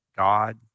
God